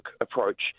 approach